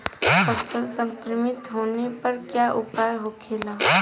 फसल संक्रमित होने पर क्या उपाय होखेला?